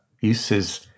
uses